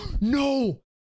no